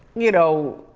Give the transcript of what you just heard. you know.